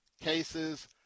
cases